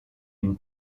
une